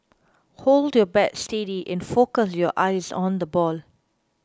hold your bat steady and focus your eyes on the ball